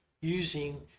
using